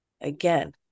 again